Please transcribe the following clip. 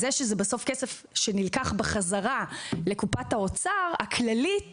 זה שזה כסף שנלקח בחזרה לקופת האוצר הכללית